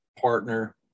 partner